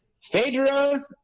Phaedra